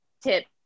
tip